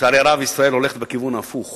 לצערי הרב, ישראל הולכת בכיוון ההפוך